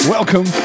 Welcome